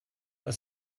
for